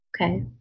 Okay